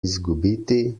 izgubiti